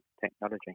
technology